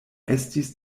estis